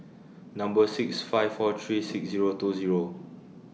Number six five four three six Zero two Zero